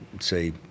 say